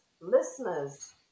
listeners